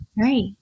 Right